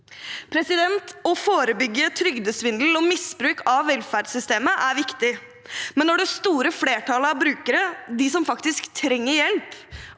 hensikten. Å forebygge trygdesvindel og misbruk av velferdssystemet er viktig, men når det store flertallet av brukere, de som faktisk trenger hjelp,